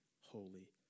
holy